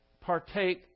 partake